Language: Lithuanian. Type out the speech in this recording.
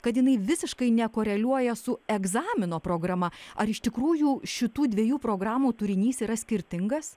kad jinai visiškai nekoreliuoja su egzamino programa ar iš tikrųjų šitų dviejų programų turinys yra skirtingas